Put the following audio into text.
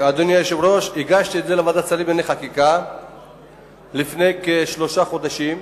הגשתי את זה לוועדת שרים לענייני חקיקה לפני כשלושה חודשים.